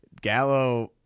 gallo